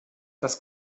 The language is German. das